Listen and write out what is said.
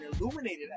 illuminated